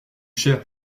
cher